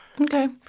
Okay